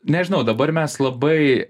nežinau dabar mes labai